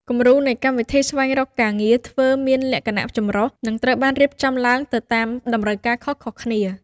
គំរូនៃកម្មវិធីស្វែងរកការងារធ្វើមានលក្ខណៈចម្រុះ និងត្រូវបានរៀបចំឡើងទៅតាមតម្រូវការខុសៗគ្នា។